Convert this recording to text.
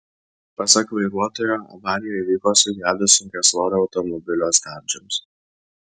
pasak vairuotojo avarija įvyko sugedus sunkiasvorio automobilio stabdžiams